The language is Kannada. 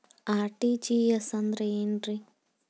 ಆರ್.ಟಿ.ಜಿ.ಎಸ್ ಅಂದ್ರ ಏನ್ರಿ?